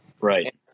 Right